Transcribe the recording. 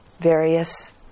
various